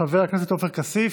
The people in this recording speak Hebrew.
חבר הכנסת עופר כסיף.